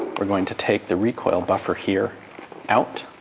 we're going to take the recoil buffer here out,